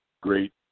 great